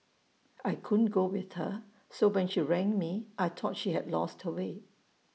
I couldn't go with her so when she rang me I thought she had lost her way